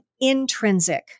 intrinsic